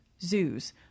zoos